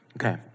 Okay